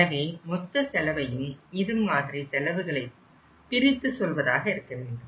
எனவே மொத்த செலவையும் இது மாதிரி செலவுகளை பிரித்து சொல்வதாக இருக்க வேண்டும்